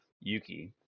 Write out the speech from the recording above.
Yuki